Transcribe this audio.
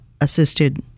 assisted